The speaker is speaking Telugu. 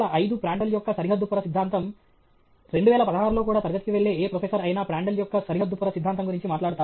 1905 ప్రాండ్ట్ల్ యొక్క సరిహద్దు పొర సిద్ధాంతం 2016 లో కూడా తరగతికి వెళ్లే ఏ ప్రొఫెసర్ అయినా ప్రాండ్ట్ల్ యొక్క సరిహద్దు పొర సిద్ధాంతం గురించి మాట్లాడుతారు